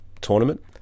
tournament